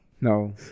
no